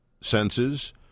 senses